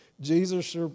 Jesus